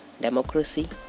democracy